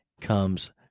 comes